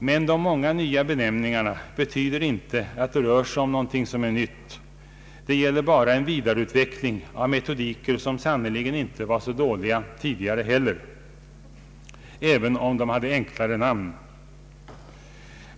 Men de många nya benämningarna betyder inte att det rör sig om någonting nytt, det gäller bara en vidareutveckling av metodiker, som sannerligen inte var så dåliga tidigare heller, även om de hade enklare namn.